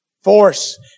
Force